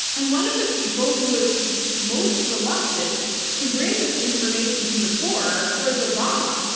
and one of the people who was most reluctant to bring this information to the fore was obama.